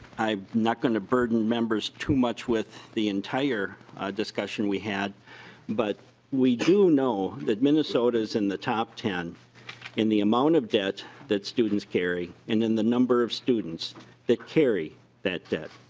i'm not going to burden members too much with the entire discussion we had but what we do know that minnesota is in the top ten in the amount of debt that students carry and in the number of students that carry that debt.